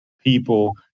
people